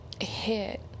hit